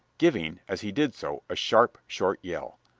giving, as he did so, a sharp, short yell.